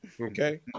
Okay